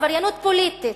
עבריינות פוליטית.